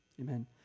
Amen